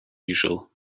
usual